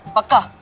okay.